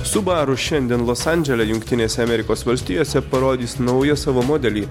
subaru šiandien los andžele jungtinėse amerikos valstijose parodys naują savo modelį